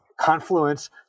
confluence